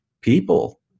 people